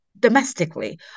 Domestically